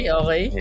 okay